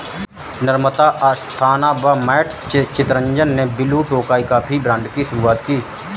नम्रता अस्थाना व मैट चितरंजन ने blue Tokai coffee brand की शुरुआत की